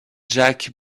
jack